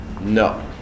No